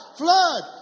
flood